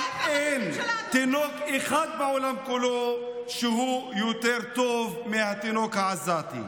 אבל אין תינוק אחד בעולם כולו שהוא יותר טוב מהתינוק העזתי,